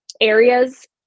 areas